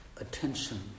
attention